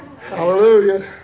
Hallelujah